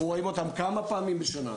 אנחנו רואים אותם כמה פעמים בשנה.